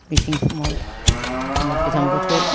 मेसें समाव हनै गोजां बोथोर